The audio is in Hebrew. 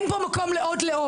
היא מרשה לעצמה לגרש אותי?